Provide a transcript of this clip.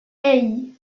hey